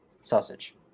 sausage